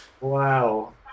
Wow